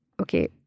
Okay